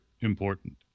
important